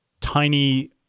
tiny